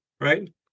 right